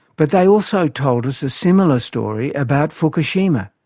but they also told us a similar story about fukushima.